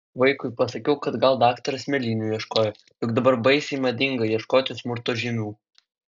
vaikui pasakiau kad gal daktaras mėlynių ieškojo juk dabar baisiai madinga ieškoti smurto žymių